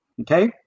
okay